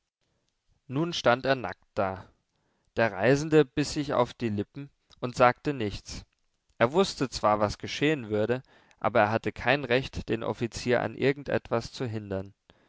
nun stand er nackt da der reisende biß sich auf die lippen und sagte nichts er wußte zwar was geschehen würde aber er hatte kein recht den offizier an irgend etwas zu hindern